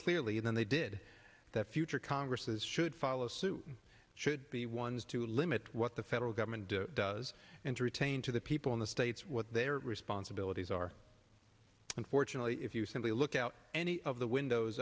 clearly than they did the future congresses should follow suit should be ones to limit what the federal government does and to retain to the people in the states what their responsibilities are unfortunately if you simply look out any of the windows